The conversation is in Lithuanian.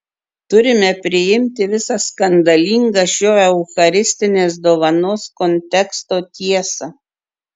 turime priimti visą skandalingą šio eucharistinės dovanos konteksto tiesą